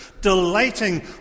delighting